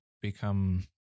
become